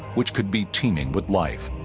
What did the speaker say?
which could be teeming with life